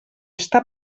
està